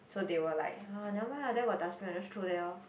so they will like ah never mind there got dustbin what just throw there lor